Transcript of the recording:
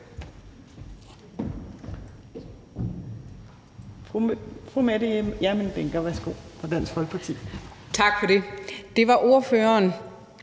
Tak for ordet,